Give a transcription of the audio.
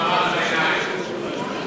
מעמד הביניים.